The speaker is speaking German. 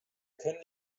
können